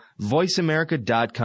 VoiceAmerica.com